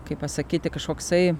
kaip pasakyti kažkoksai